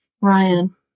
Ryan